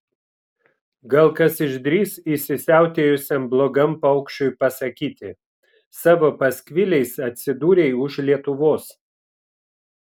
gal kas išdrįs įsisiautėjusiam blogam paukščiui pasakyti savo paskviliais atsidūrei už lietuvos